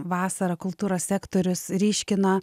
vasarą kultūros sektorius ryškina